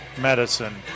medicine